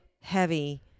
heavy